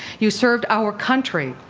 you served our country,